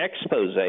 expose